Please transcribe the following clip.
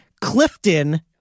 clifton